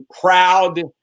proud